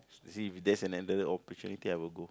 see if there's an another opportunity I would go